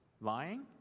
lying